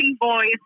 boys